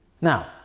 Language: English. Now